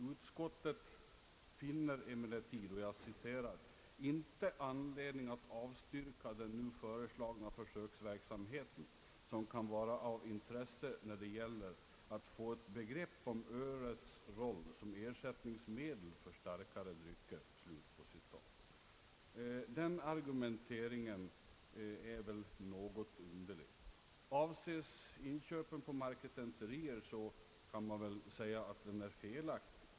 Utskottet finner emellertid »inte anledning att avstyrka den nu föreslagna försöksverksamheten, som kan vara av intresse när det gäller att få ett begrepp om ölets roll som ersättningsmedel för starkare drycker». Argumenteringen är något underlig. Avses inköpen på marketenterier så är den felaktig.